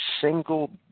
single